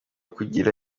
kugira